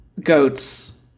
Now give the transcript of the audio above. goats